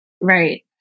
right